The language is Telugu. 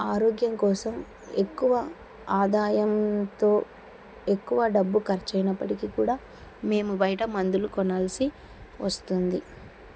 ఆరోగ్యం కోసం ఎక్కువ ఆదాయంతో ఎక్కువ డబ్బు ఖర్చు అయినప్పటికీ కూడా మేము బయట మందులు కొనాల్సి వస్తుంది